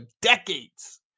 decades